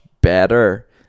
better